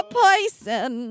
poison